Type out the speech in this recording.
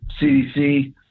CDC